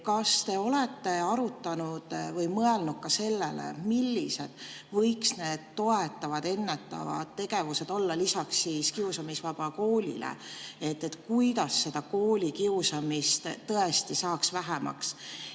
Kas te olete arutanud või mõelnud ka sellele, millised võiksid need toetavad, ennetavad tegevused olla lisaks Kiusamisvabale Koolile? Kuidas seda koolikiusamist tõesti saaks vähemaks?